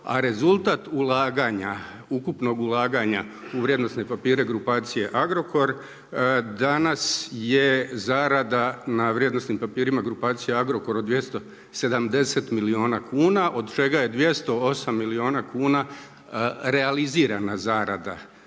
ulaganja, ukupnog ulaganja u vrijednosne papire grupacije Agrokor danas je zarada na vrijednosnim papirima grupacije Agrokor od 270 milijuna kuna od čega je 208 milijuna kuna realizirana zarada.